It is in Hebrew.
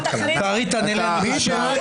מי בעד